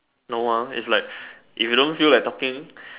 no ah it's like if you don't feel like talking